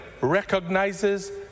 recognizes